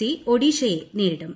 C ഒഡീഷയെ നേരിടും